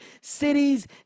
cities